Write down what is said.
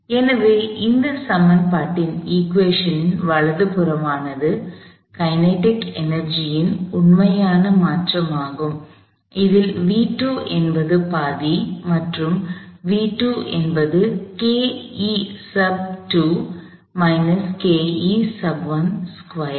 எனவே இந்த சமன்பாட்டின் வலது புறமானது கைனெடிக் எனர்ஜியின் kinetic energyஇயக்க ஆற்றலின் உண்மையான மாற்றமாகும் இதில் v2 என்பது பாதி மற்றும் v2 என்பது ஸ்கொயர்